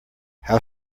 how